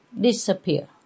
disappear